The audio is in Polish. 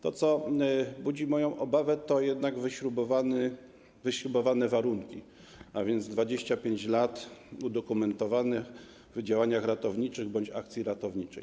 To, co budzi moją obawę, to jednak wyśrubowane warunki, a więc 25 lat udokumentowanych w działaniach ratowniczych bądź akcji ratowniczej.